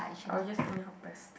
I will just anyhow press